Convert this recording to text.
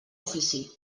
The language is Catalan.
ofici